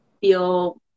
feel